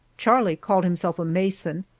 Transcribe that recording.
charlie called himself a mason,